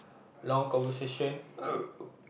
long conversation